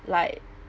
like